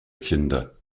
kinder